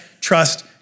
trust